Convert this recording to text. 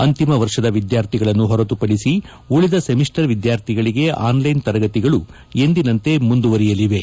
ಅಂತಿಮ ವರ್ಷದ ವಿದ್ಯಾರ್ಥಿಗಳನ್ನು ಹೊರತುಪಡಿಸಿ ಉಳದ ಸೆಮಿಸ್ಟರ್ ವಿದ್ಯಾರ್ಥಿಗಳಿಗೆ ಆನ್ಲೈನ್ ತರಗತಿಗಳು ಎಂದಿನಂತೆ ಮುಂದುವರೆಯಲಿವೆ